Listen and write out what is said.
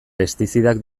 pestizidak